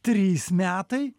trys metai